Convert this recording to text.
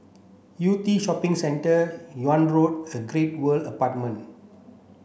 Yew Tee Shopping Centre Yunnan Road and Great World Apartment